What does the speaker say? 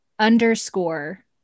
underscore